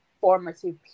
formative